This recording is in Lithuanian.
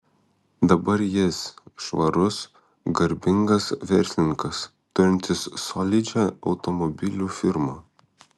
dabar jis švarus garbingas verslininkas turintis solidžią automobilių firmą